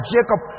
Jacob